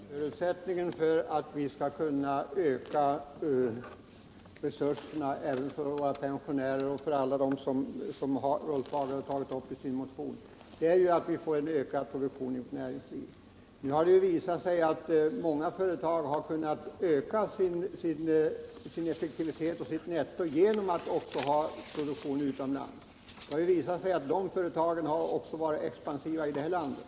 Herr talman! Förutsättningen för att vi skall kunna öka resurserna för våra pensionärer och för alla övriga som Rolf Hagel har nämnt i sin motion är en ökad produktion i näringslivet. Nu har det visat sig att många företag har kunnat öka sin effektivitet och sitt netto genom att ha produktion också utomlands. Det har visat sig att dessa företag har varit expansiva även inom landet.